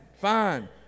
Fine